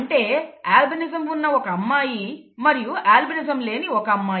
అంటే అల్బినిజం ఉన్న ఒక అమ్మాయి మరియు అల్బినిజం లేని ఒక అమ్మాయి